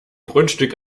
grundstück